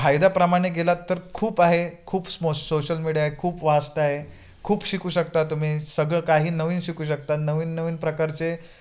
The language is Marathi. फायदाप्रमाणे गेलात तर खूप आहे खूप स्मोश सोशल मीडिया खूप वास्त आहे खूप शिकू शकता तुम्ही सगळं काही नवीन शिकू शकता नवीन नवीन प्रकारचे